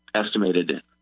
Estimated